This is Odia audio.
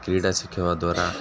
କ୍ରୀଡ଼ା ଶିଖିବା ଦ୍ୱାରା